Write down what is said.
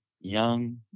young